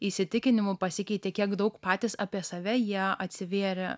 įsitikinimų pasikeitė kiek daug patys apie save ją atsivėrė